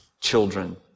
children